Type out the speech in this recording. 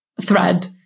thread